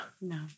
no